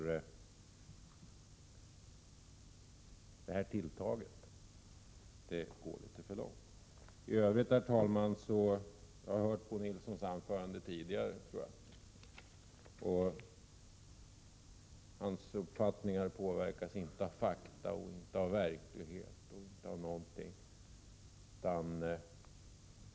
Det här tilltaget går litet för långt! I övrigt, herr talman, tror jag mig ha hört Bo Nilsson anförande tidigare. Hans uppfattningar påverkas inte av fakta, inte av verkligheten, inte av någonting.